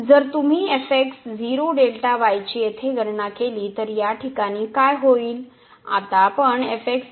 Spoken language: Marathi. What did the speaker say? जर तुम्हीची येथे गणना केली तर या ठिकाणी काय होईल